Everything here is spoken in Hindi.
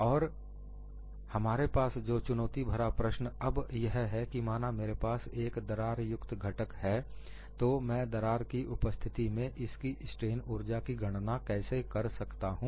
और हमारे पास जो चुनौती भरा प्रश्न अब यह है कि माना कि मेरे पास एक दरार युक्त घटक है तो मैं दरार की उपस्थिति में इसकी स्ट्रेन ऊर्जा की गणना कैसे कर सकता हूं